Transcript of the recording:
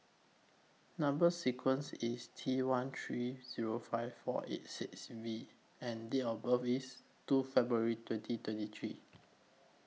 Number sequence IS T one three Zero five four eight six V and Date of birth IS two February twenty twenty three